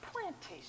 Plantation